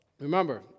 remember